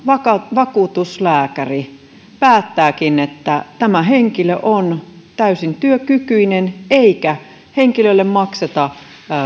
vakuutuslääkäri päättääkin että tämä henkilö on täysin työkykyinen eikä henkilölle makseta